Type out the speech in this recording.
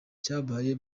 cyabaye